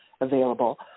available